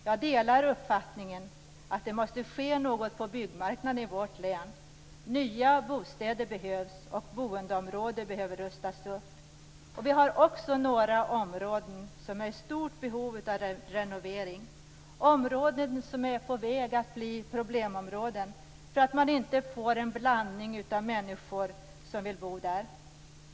Jag delar uppfattningen att det måste ske något på byggmarknaden i vårt län. Nya bostäder behövs och boendeområden behöver rustas upp. Vi har några områden som är i stort behov av renovering, områden som är på väg att bli problemområden därför att man inte får en blandning av olika människor som vill bo där.